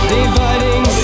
dividing